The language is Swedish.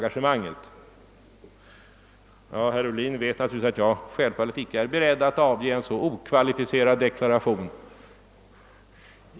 Herr Ohlin vet naturligtvis att jag inte är beredd att avge en så okvalificerad deklaration.